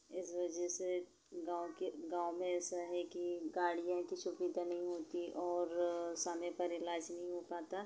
ज जैसे गाव के गाँव में ऐसा है कि गाड़ियों की सुविधा नहीं होती है और सामय पर इलाज नहीं हो पाता